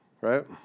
right